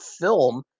film